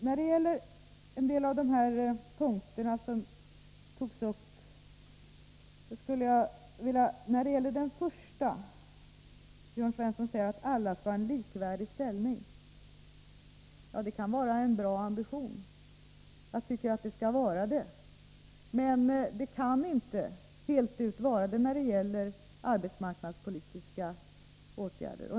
När det gäller den första av de punkter som Jörn Svensson tog upp, sade han att att alla skall ha likvärdig ställning. Ja, det är en bra ambition, men det kaninte vara det fullt ut när det gäller arbetsmarknadspolitiska åtgärder.